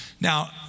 Now